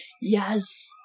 yes